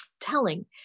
telling